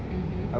mmhmm